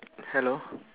hello